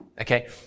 okay